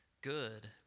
good